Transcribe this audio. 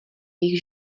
jejich